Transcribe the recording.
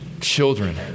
children